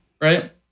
Right